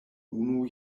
unu